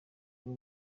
rwo